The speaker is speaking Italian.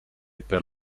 per